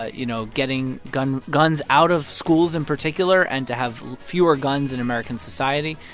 ah you know, getting guns guns out of schools in particular and to have fewer guns in american society.